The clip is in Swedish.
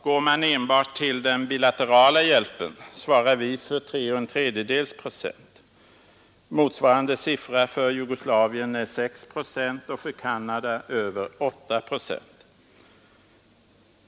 Går man enbart till den bilaterala hjälpen svarar vi för 3 1/3 procent. Motsvarande siffra för Jugoslavien är 6 procent och för Canada över 8 procent.